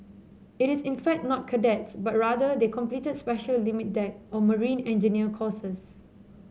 it is fact not cadets but rather they completed special limit deck or marine engineer courses